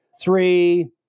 three